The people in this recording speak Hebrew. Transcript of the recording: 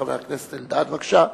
חבר הכנסת אלדד, בבקשה.